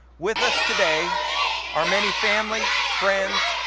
with us today are many families, friends,